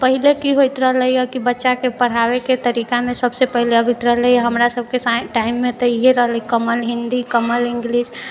पहिले कि होइत रहलैहँ कि बच्चाके पढ़ाबैके तरीकामे सबसँ पहिले आबैत रहलै हमरा सबके टाइममे तऽ इहे रहै कमल हिन्दी कमल इंग्लिश